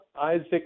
Isaac